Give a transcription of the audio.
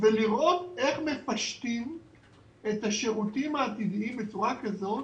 לראות איך מפשטים את השירותים העתידיים בצורה כזאת